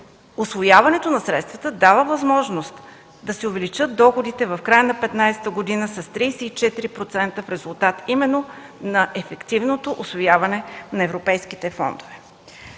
усвояването на средствата дава възможност да се увеличат доходите в края на 2015 г. с 34% в резултат именно на ефективното усвояване на европейските фондове.